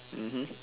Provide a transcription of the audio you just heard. mmhmm